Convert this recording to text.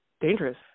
dangerous